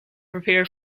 prepare